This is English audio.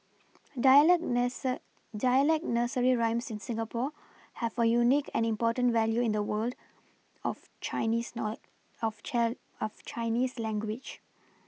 dialect nurser dialect nursery rhymes in Singapore have a unique and important value in the world of Chinese nor of chair of Chinese language